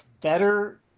better